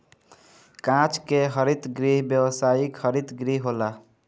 कांच के हरित गृह व्यावसायिक हरित गृह होला